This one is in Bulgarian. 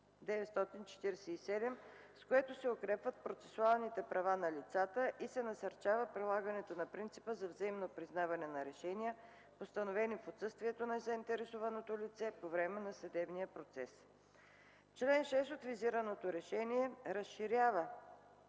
с което се укрепват процесуалните права на лицата и се насърчава прилагането на принципа за взаимно признаване на решения, постановени в отсъствието на заинтересованото лице по време на съдебния процес. Член 6 от визираното решение разширява